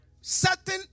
certain